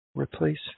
Replace